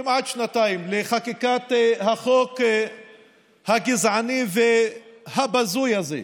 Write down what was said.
כמעט שנתיים, לחקיקת החוק הגזעני והבזוי הזה.